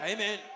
Amen